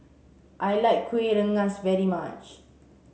I like Kuih Rengas very much